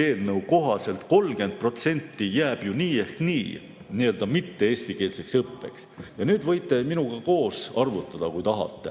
eelnõu kohaselt 30% jääb ju nii ehk nii nii-öelda mitte-eestikeelseks õppeks. Ja nüüd võite minuga koos arvutada, kui tahate.